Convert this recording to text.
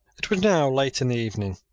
it was now late in the evening.